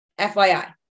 FYI